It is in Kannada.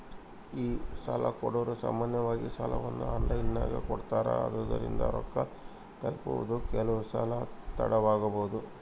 ಈ ಸಾಲಕೊಡೊರು ಸಾಮಾನ್ಯವಾಗಿ ಸಾಲವನ್ನ ಆನ್ಲೈನಿನಗೆ ಕೊಡುತ್ತಾರೆ, ಆದುದರಿಂದ ರೊಕ್ಕ ತಲುಪುವುದು ಕೆಲವುಸಲ ತಡವಾಬೊದು